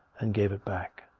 and gave it back.